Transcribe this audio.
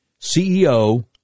CEO